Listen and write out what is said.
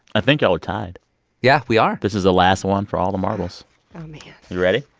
i think y'all are tied yeah, we are this is the last one for all the marbles oh, man you ready?